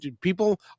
people